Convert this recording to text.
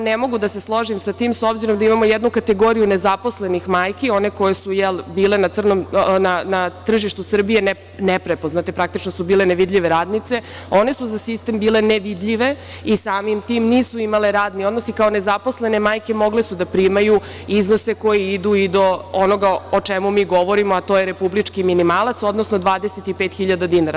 Ne mogu da se složim sa tim, s obzirom da imamo jednu kategoriju nezaposlenih majki, one koje su bile na tržištu Srbije neprepoznate, praktično su bile nevidljive radnice, one su za sistem bile nevidljive i samim tim nisu imale radnik odnos i kao nezaposlene majke mogle su da primaju iznose koji idu i do onoga o čemu mi govorimo, a to je republički minimalac, odnosno 25 hiljada dinara.